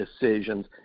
decisions –